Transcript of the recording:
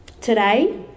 Today